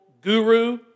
guru